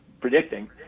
predicting –